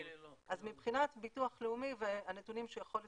אז מבחינת ביטוח לאומי והנתונים שהוא יכול לספק,